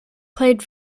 played